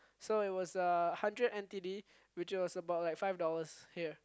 so it was a hundred N_T_D which was about like five dollars here